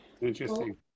interesting